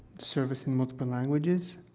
service in multiple languages,